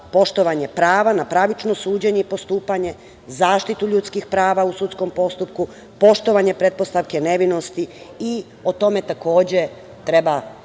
poštovanje prava na pravično suđenje i postupanje, zaštitu ljudskih prava u sudskom postupku, poštovanje pretpostavke nevinosti i o tome takođe treba